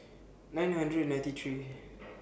nine hundred ninety three